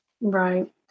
Right